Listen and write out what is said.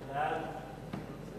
ההצעה